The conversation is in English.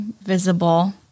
visible